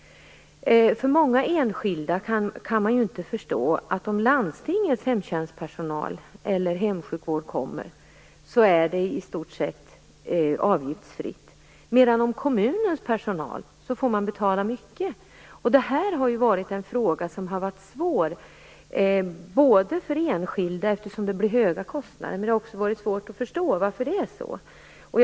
Många enskilda kan inte förstå att det i stort sett är avgiftsfritt om landstingets hemtjänstpersonal eller hemsjukvård kommer, medan man får betala mycket om det är kommunens personal som kommer. Den frågan har varit svår för enskilda, eftersom det blir höga kostnader. Men det har också varit svårt att förstå varför det är så här.